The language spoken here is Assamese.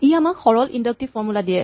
ই আমাক সৰল ইন্ডাক্টিভ ফৰ্মূলা টো দিয়ে